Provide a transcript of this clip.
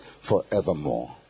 forevermore